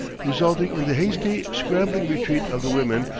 resulting in the hasty, scrambling retreat of the women,